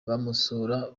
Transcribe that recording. bamusura